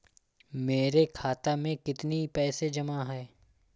मेरे खाता में कितनी पैसे जमा हैं?